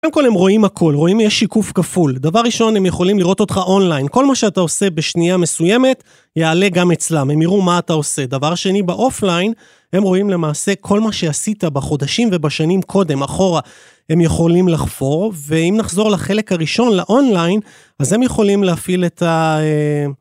קודם כל הם רואים הכול, רואים יש שיקוף כפול. דבר ראשון, הם יכולים לראות אותך אונליין. כל מה שאתה עושה בשנייה מסוימת יעלה גם אצלם. הם יראו מה אתה עושה. דבר שני, באופליין, הם רואים למעשה כל מה שעשית בחודשים ובשנים קודם, אחורה. הם יכולים לחפור, ואם נחזור לחלק הראשון, לאונליין, אז הם יכולים להפעיל את ה...